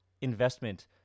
investment